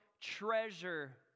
treasure